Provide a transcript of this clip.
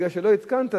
כי לא התקנת.